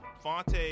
Fonte